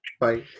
bye